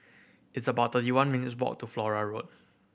it's about thirty one minutes' walk to Flora Road